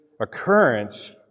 occurrence